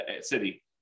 city